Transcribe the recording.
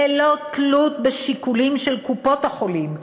ללא תלות בשיקולים של קופות-החולים,